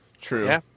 True